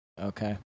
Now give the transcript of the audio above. okay